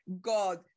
god